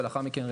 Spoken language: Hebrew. ולאחר מכן,